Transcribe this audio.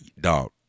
dog